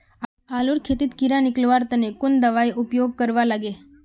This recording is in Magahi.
आलूर खेतीत कीड़ा निकलवार तने कुन दबाई उपयोग करवा लगे?